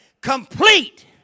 complete